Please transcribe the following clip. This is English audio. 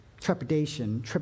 Trepidation